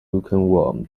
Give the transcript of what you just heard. lukewarm